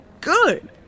Good